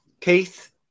Keith